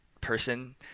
person